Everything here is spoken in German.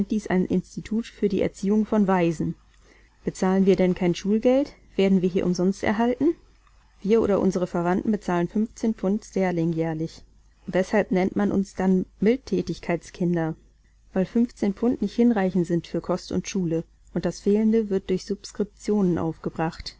ein institut für die erziehung von waisen bezahlen wir denn kein schulgeld werden wir hier umsonst erhalten wir oder unsere verwandten bezahlen fünfzehn pfund sterling jährlich weshalb nennt man uns denn mildthätigkeits kinder weil fünfzehn pfund nicht hinreichend sind für kost und schule und das fehlende wird durch subskriptionen aufgebracht